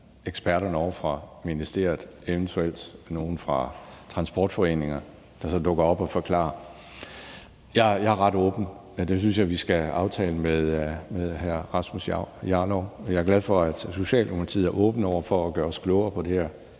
eksperterne ovre fra ministeriet, eventuelt nogen fra nogle transportforeninger, der så dukker op og forklarer. Jeg er ret åben. Jeg synes, vi skal aftale det med hr. Rasmus Jarlov. Jeg er glad for, at man i Socialdemokratiet er åben over for at gøre os klogere på det her.